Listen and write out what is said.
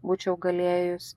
būčiau galėjus